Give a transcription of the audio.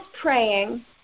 praying